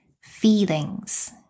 feelings